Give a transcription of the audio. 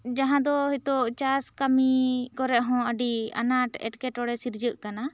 ᱡᱟᱦᱟᱸ ᱫᱚ ᱦᱚᱭᱛᱚᱜ ᱪᱟᱥ ᱠᱟᱹᱢᱤ ᱠᱚ ᱨᱮᱦᱚᱸ ᱟᱹᱰᱤ ᱟᱱᱟᱴ ᱮᱸᱴᱠᱮᱴᱚᱬᱮ ᱥᱤᱨᱡᱟᱹᱜ ᱠᱟᱱᱟ